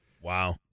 Wow